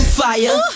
fire